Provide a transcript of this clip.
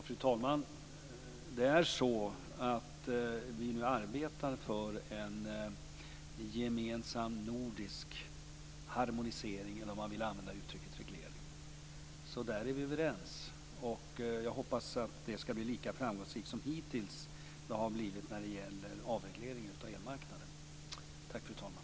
Fru talman! Vi arbetar nu för en gemensam nordisk harmonisering, eller reglering, om man vill använda det uttrycket. Där är vi överens. Jag hoppas att det skall bli lika framgångsrikt som det hittills har varit när det gäller avregleringen av elmarknaden.